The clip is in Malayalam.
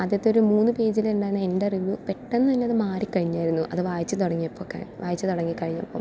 ആദ്യത്തെ ഒരു മൂന്ന് പേജിലൊണ്ടായിരുന്ന എൻ്റെ അറിവ് പെട്ടന്ന് തന്നെ അത് മാറിക്കഴിഞ്ഞായിരുന്നു അത് വായിച്ച് തുടങ്ങിയപ്പോഴൊക്കെ വായിച്ച് തുടങ്ങി കഴിഞ്ഞപ്പോൾ